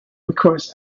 requires